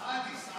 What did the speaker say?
סעדי.